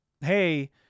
hey